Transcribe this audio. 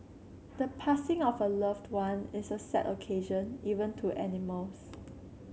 the passing of a loved one is a sad occasion even to animals